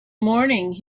morning